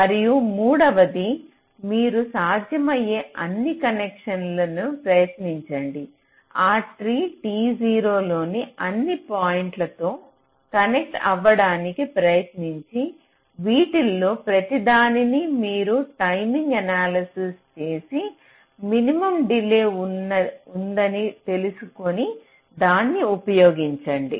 మరియు మూడవది మీరు సాధ్యమయ్యే అన్ని కనెక్షన్లను ప్రయత్నించండి ఆ ట్రీ T0 లోని అన్ని పాయింట్లతో కనెక్ట్ అవ్వడానికి ప్రయత్నించి వీటిలో ప్రతిదానికీ మీరు టైమింగ్ ఎనాలసిస్ చేసి మినిమం డిలే ఉందని తెలుసుకోని దాన్ని ఉపయోగించండి